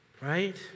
right